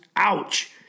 ouch